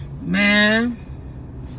man